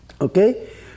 Okay